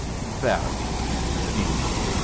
valiant, indeed!